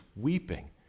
weeping